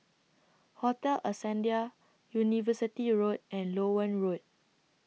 Hotel Ascendere University Road and Loewen Road